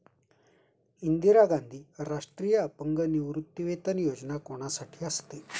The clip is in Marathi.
इंदिरा गांधी राष्ट्रीय अपंग निवृत्तीवेतन योजना कोणासाठी असते?